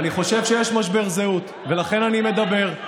אני חושב שיש משבר זהות, לא, לא,